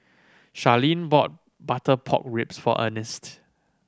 Sharlene bought butter pork ribs for Earnest